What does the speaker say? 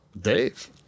Dave